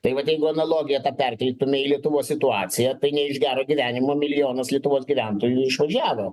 tai vat jeigu analogiją tą perteiktume į lietuvos situaciją tai ne iš gero gyvenimo milijonas lietuvos gyventojų išvažiavo